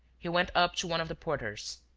he went up to one of the porters